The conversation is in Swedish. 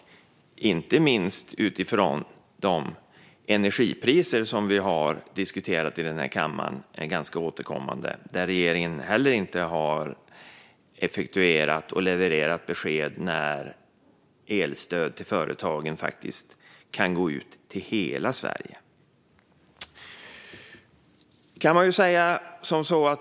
Det gäller inte minst utifrån de energipriser som vi har diskuterat i den här kammaren ganska återkommande, där regeringen inte heller har effektuerat och levererat besked om när elprisstöd till företagen faktiskt kan gå ut till hela Sverige.